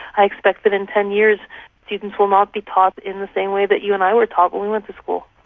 i expect that in ten years student will not be taught in the same way that you and i were taught when we went to school.